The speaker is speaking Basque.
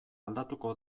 aldatuko